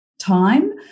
time